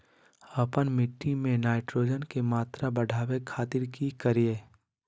आपन मिट्टी में नाइट्रोजन के मात्रा बढ़ावे खातिर की करिय?